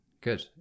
good